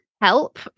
help